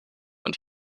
und